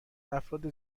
افراد